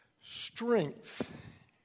strength